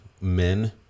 men